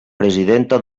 presidenta